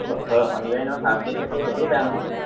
শনিবাৰে এনেয়েও half day থাকেই সেইটোও বেয়া নহয়